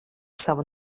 savu